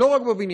לא רק בבניין.